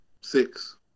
six